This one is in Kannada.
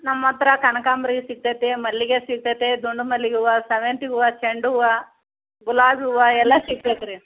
ನಮ್ಮ ಹತ್ರ ಕನಕಾಂಬ್ರ ಸಿಕ್ತದೆ ಮಲ್ಲಿಗೆ ಸಿಕ್ತದೆ ದುಂಡು ಮಲ್ಲಿಗೆ ಹೂವು ಸಾವಂತ್ಗೆ ಹೂವು ಚೆಂಡು ಹೂವು ಗುಲಾಬಿ ಹೂವು ಎಲ್ಲ ಸಿಕ್ತೈತೆ ರೀ